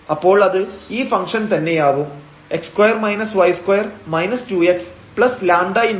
അപ്പോൾ അത് ഈ ഫംഗ്ഷൻ തന്നെയാവും λx2y2 1